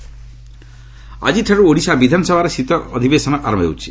Odisha assembly ଆକିଠାରୁ ଓଡ଼ିଶା ବିଧାନସଭାର ଶୀତ ଅଧିବେଶନ ଆରମ୍ଭ ହେଉଛି